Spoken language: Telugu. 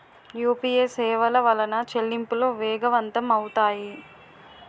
యూపీఏ సేవల వలన చెల్లింపులు వేగవంతం అవుతాయి